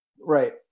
Right